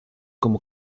como